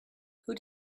who